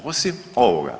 Osim ovoga.